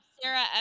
sarah